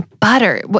Butter